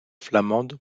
flamande